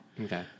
Okay